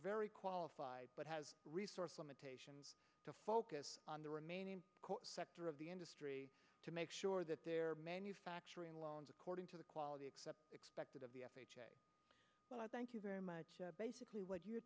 very qualified but has resource limitations to focus on the remaining sector of the industry to make sure that their manufacturing loans according to the quality except expected of the f h a well i thank you very much basically what you're